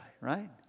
right